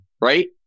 right